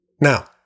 Now